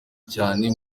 cyane